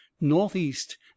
Northeast